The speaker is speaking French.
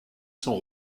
son